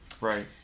Right